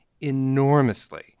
enormously